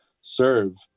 serve